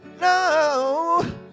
No